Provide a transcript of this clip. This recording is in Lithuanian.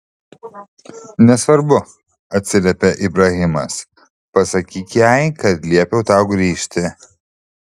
nesvarbu atsiliepė ibrahimas pasakyk jai kad liepiau tau grįžti